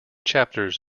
chapters